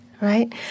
right